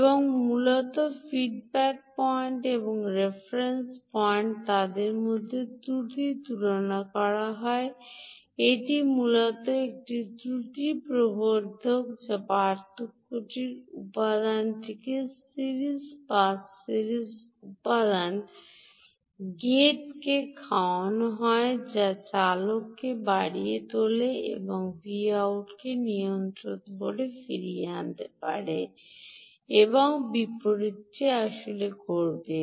এবং মূলত feedback point এবং রেফারেন্স পয়েন্টটি তাদের মধ্যে ত্রুটির তুলনা করা হয় এটি মূলত একটি ত্রুটি পরিবর্ধক যা পার্থক্যটি সিরিজ উপাদানটির সিরিজ পাস সিরিজ উপাদান গেটকে খাওয়ানো হয় যা চালনকে বাড়িয়ে তোলে এবং Voutকে নিয়ন্ত্রণে ফিরিয়ে আনবে এই চক্র চলতে থাকে এবং বিপরীতে আসলে ঘটে